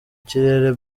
kirere